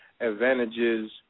advantages